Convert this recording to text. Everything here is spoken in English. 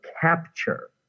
capture